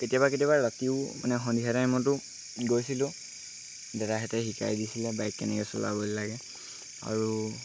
কেতিয়াবা কেতিয়াবা ৰাতিও মানে সন্ধিয়া টাইমতো গৈছিলোঁ দাদাহঁতে শিকাই দিছিলে বাইক কেনেকৈ চলাব লাগে আৰু